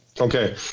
Okay